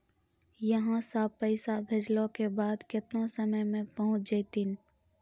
यहां सा पैसा भेजलो के बाद केतना समय मे पहुंच जैतीन?